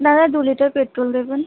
দাদা দু litre petrol দেবেন